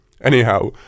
Anyhow